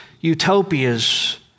utopias